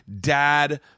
dad